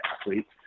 athletes